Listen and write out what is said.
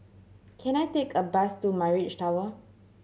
can I take a bus to Mirage Tower